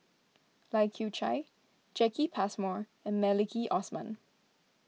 Lai Kew Chai Jacki Passmore and Maliki Osman